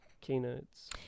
keynotes